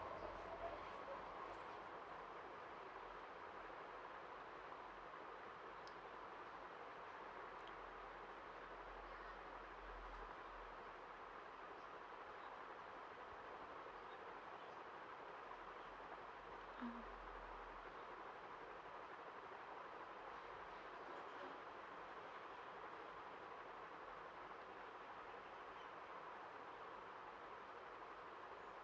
mm